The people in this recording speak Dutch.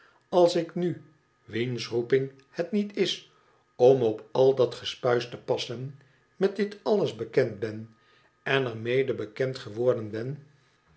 als ik nu wiens roeping het niet is om op al dat gespuis te passen met dit alles bekend ben en er mede bekend geworden